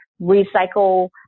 recycle